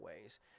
ways